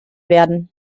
werden